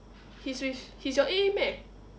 he is with he's your A_M meh